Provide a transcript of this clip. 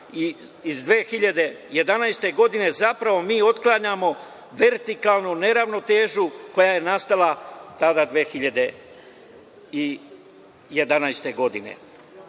iz 2011. godine zapravo mi otklanjamo vertikalnu neravnotežu koja je nastala tada 2011. godine. Gospodo